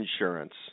insurance